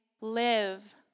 live